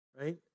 right